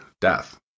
death